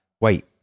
Wait